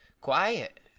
quiet